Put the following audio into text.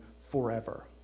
forever